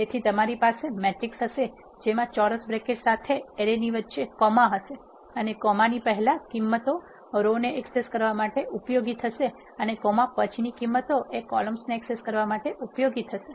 તેથી તમારી પાસે મેટ્રિક્સ હશે જેમાં ચોરસ બ્રેકેટ્સ સાથે એરે ની વચ્ચે કોમા હશે અને કોમા પહેલા ની કિંમતો રો ને એક્સેસ કરવા માટે ઉપયોગી થશે અને કોમા પછી ની કિંમતો કોલમ્સ ને એક્સેસ કરવા માટે ઉપયોગી થશે